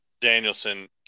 Danielson